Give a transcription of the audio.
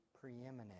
preeminent